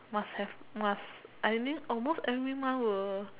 must have must I mean almost every month were